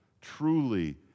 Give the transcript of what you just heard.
truly